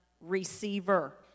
receiver